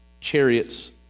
chariots